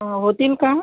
हां होतील का